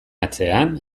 atzean